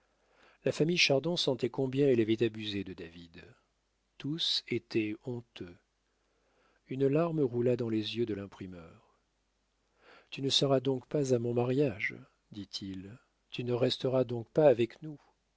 la famille chardon sentait combien elle avait abusé de david tous étaient honteux une larme roula dans les yeux de l'imprimeur tu ne seras donc pas à mon mariage dit-il tu ne resteras donc pas avec nous